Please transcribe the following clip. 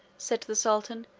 said the sultan,